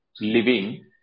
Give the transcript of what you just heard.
living